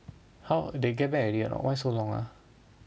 how they get back already or not why so long ah